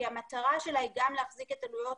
כי המטרה שלה היא גם להחזיק את עלויות